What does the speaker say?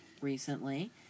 recently